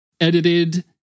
edited